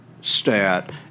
stat